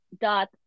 dot